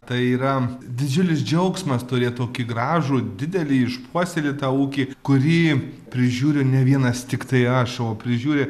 tai yra didžiulis džiaugsmas turėt tokį gražų didelį išpuoselėtą ūkį kurį prižiūriu ne vienas tiktai aš o prižiūri